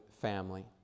family